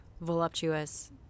voluptuous